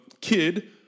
kid